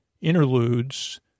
interludes